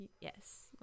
Yes